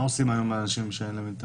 מה עושים היום אנשים שאין להם?